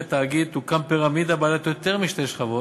התאגיד תוקם פירמידה בעלת יותר משתי שכבות,